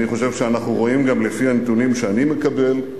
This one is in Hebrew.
אני חושב שאנחנו רואים, גם לפי הנתונים שאני מקבל,